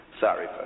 Sorry